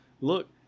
Look